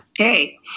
Okay